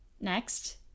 Next